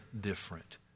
different